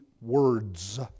words